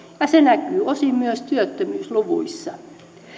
ja se näkyy osin myös työttömyysluvuissa